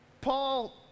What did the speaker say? Paul